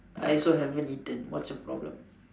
I also haven't eaten what's your problem